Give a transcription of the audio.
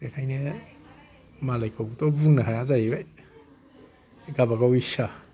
बेखायनो मालायखौबोथ' बुंनो हाया जाहैबाय गाबागाव इस्सा